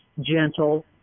gentle